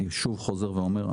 שוב אני חוזר ואומר,